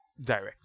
Direct